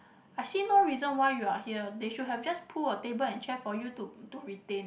I see no reason why you are here they should have just pull a table and chair for you to to retain